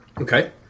Okay